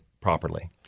properly